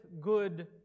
good